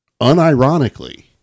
unironically